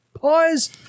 pause